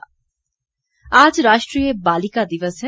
बालिका दिवस आज राष्ट्रीय बालिका दिवस है